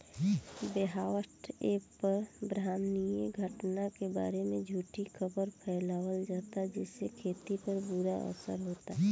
WhatsApp पर ब्रह्माण्डीय घटना के बारे में झूठी खबर फैलावल जाता जेसे खेती पर बुरा असर होता